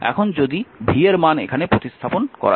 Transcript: এখন যদি v এর মান এখানে প্রতিস্থাপন করা যেতে পারে